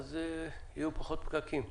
ואז יהיו פחות פקקים.